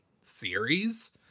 series